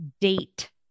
date